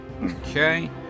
Okay